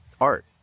art